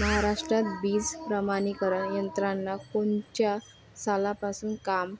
महाराष्ट्रात बीज प्रमानीकरण यंत्रना कोनच्या सालापासून काम